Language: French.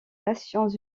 nations